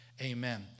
amen